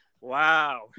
Wow